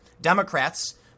Democrats